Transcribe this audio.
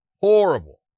horrible